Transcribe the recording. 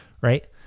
right